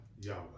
Yahweh